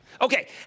Okay